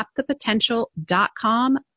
tapthepotential.com